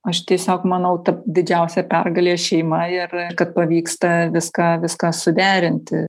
aš tiesiog manau ta didžiausia pergalė šeima ir kad pavyksta viską viską suderinti